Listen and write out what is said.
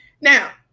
Now